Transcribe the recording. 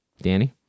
Danny